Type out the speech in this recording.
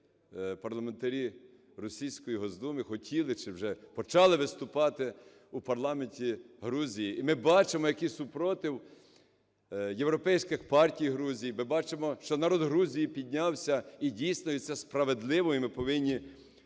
парламентарі російської Госдумы хотіли чи вже почали виступати у парламенті Грузії. І ми бачимо, який супротив європейських партій Грузії. Ми бачимо, що народ Грузії піднявся. І дійсно, і це справедливо, і ми повинні… І ми